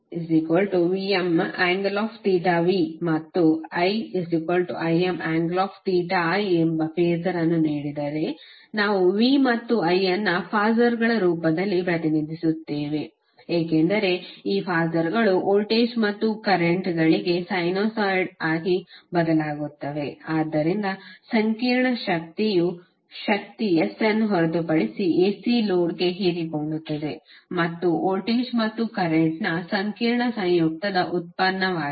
VVmv ಮತ್ತು IImi ಎಂಬ phasor ಅನ್ನು ನೀಡಿದರೆ ನಾವು V ಮತ್ತು I ಅನ್ನು ಫಾಸರ್ಗಳ ರೂಪದಲ್ಲಿ ಪ್ರತಿನಿಧಿಸುತ್ತೇವೆ ಏಕೆಂದರೆ ಈ ಫಾಸರ್ಗಳು ವೋಲ್ಟೇಜ್ ಮತ್ತು ಕರೆಂಟ್ಗಳಿಗೆ ಸಿನೊಸಾಯಿಡ್ ಆಗಿ ಬದಲಾಗುತ್ತವೆ ಆದ್ದರಿಂದ ಸಂಕೀರ್ಣ ಶಕ್ತಿಯು ಶಕ್ತಿ S ಅನ್ನು ಹೊರತುಪಡಿಸಿ ac ಲೋಡ್ನ್ನು ಹೀರಿಕೊಳ್ಳುತ್ತದೆ ಮತ್ತು ಇದು ವೋಲ್ಟೇಜ್ ಮತ್ತು ಕರೆಂಟ್ ನ ಸಂಕೀರ್ಣ ಸಂಯುಕ್ತದ ಉತ್ಪನ್ನವಾಗಿದೆ